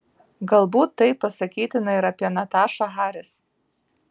galbūt tai pasakytina ir apie natašą haris